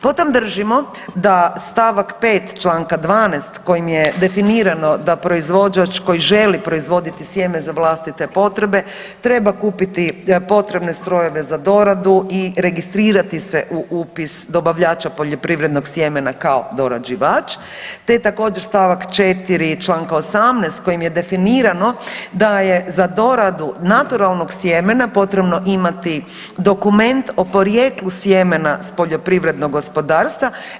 Potom držimo da st. 5 čl. 12 kojim je definirano da proizvođač koji želi proizvoditi sjeme za vlastite potrebe treba kupiti potrebne strojeve za doradu i registrirati se u upis dobavljača poljoprivrednog sjemena kao dorađivač te također, st. 4 čl. 18 kojim je definirano da je za doradu naturalnog sjemena potrebno imati dokument o porijeklu sjemena s poljoprivrednog gospodarstva.